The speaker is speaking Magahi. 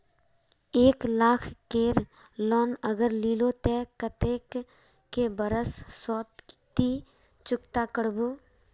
एक लाख केर लोन अगर लिलो ते कतेक कै बरश सोत ती चुकता करबो?